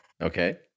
Okay